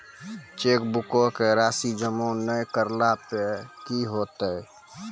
चेकबुको के राशि जमा नै करला पे कि होतै?